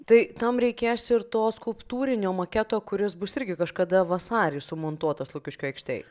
tai tam reikės ir to skulptūrinio maketo kuris bus irgi kažkada vasarį sumontuotas lukiškių aikštėj